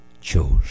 chose